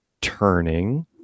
turning